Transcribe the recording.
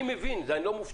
אני מבין, אני לא מופתע.